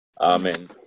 Amen